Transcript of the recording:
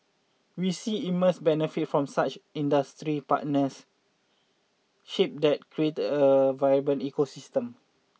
we see immense benefit from such industry partnership that create a vibrant ecosystem